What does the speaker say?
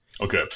Okay